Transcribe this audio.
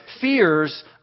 fears